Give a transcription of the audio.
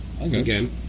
Again